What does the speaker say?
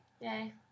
Yay